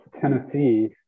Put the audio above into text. Tennessee